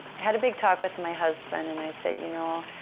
had a big talk with my husband and i said, you know,